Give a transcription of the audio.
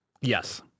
Yes